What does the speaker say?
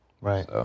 Right